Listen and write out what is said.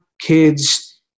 kids